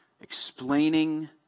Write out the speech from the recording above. explaining